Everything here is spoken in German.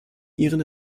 ihren